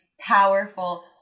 powerful